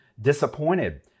disappointed